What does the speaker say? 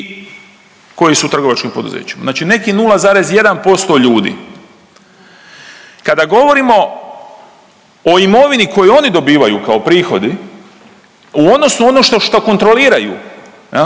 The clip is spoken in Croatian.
koji su u trgovačkim poduzećima. Znači neki 0,1% ljudi. Kada govorimo o imovini koju oni dobivaju kao prihodi u odnosu ono što kontroliraju, jel'